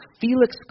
Felix